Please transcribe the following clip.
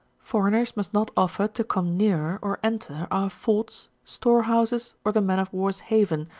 foreigners must not offer to come near, or enter, our forts, store-houses, or the man of war's haven,